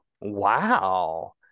Wow